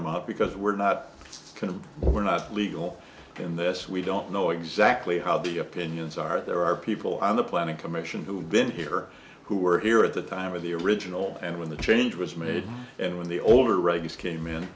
amount because we're not going to we're not legal in this we don't know exactly how the opinions are there are people on the planning commission who have been here who were here at the time of the original and when the change was made and when the older regs came in